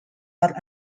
are